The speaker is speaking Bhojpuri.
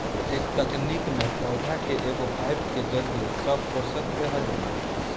ए तकनीक में पौधा के एगो पाईप के जरिये सब पोषक देहल जाला